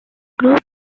group